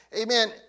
amen